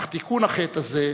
אך תיקון החטא הזה,